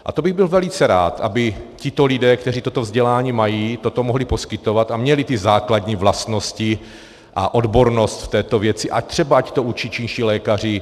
A to bych byl velice rád, aby tito lidé, kteří toto vzdělání mají, toto mohli poskytovat a měli základní vlastnosti a odbornost v této věci, a třeba ať to učí čínští lékaři.